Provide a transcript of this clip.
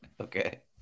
Okay